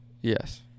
Yes